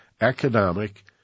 economic